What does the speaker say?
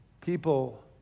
people